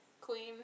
Queen